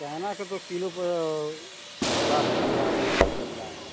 क्या है ना किलो साठ चल रहा है सत्तर चल रहा है